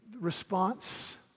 Response